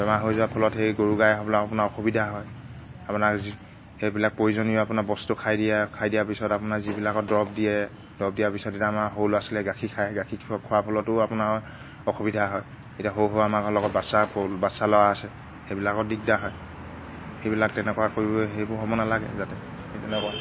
বেমাৰ হৈ যোৱাৰ ফলত সেই গৰু গাই হ'বলৈ আপোনাৰ অসুবিধা হয় আপোনাক যি সেইবিলাক প্ৰয়োজনীয় আপোনাৰ বস্তু খাই দিয়ে খাই দিয়াৰ পিছত আপোনাৰ যিবিলাকত দৰৱ দিয়ে দৰৱ দিয়াৰ পিছত এতিয়া আমাৰ সৰু ল'ৰা ছোৱালীয়ে গাখীৰ খায় গাখীৰ খোৱাৰ ফলতো আপোনাৰ অসুবিধা হয় এতিয়া সৰু সৰু আমাৰ ঘৰৰ লগত বাচ্ছা বাচ্ছা ল'ৰা আছে সেইবিলাকত দিগদাৰ হয় সেইবিলাক তেনেকুৱা কৰিব সেইবোৰ হ'ব নালাগে যাতে সেই তেনেকুৱা